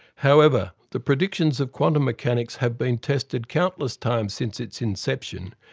however, the predictions of quantum mechanics have been tested countless times since its inception,